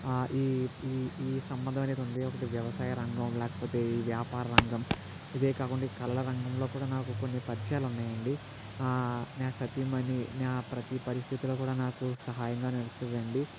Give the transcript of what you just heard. ఈ ఈ ఈ సంబంధమనేది ఉంది ఒకటి వ్యవసాయ రంగం లేకపోతే వ్యాపారంగం ఇదే కాకుండా ఈ కళల రంగంలో కూడా నాకు కొన్ని పరిచయాలు ఉన్నాయండి ఆ నా సతీమణి నా ప్రతి పరిస్థితిలో కూడా నాకు సహాయంగా నిలుస్తుందండి